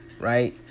right